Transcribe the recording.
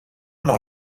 noch